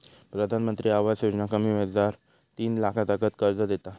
प्रधानमंत्री आवास योजना कमी व्याजार तीन लाखातागत कर्ज देता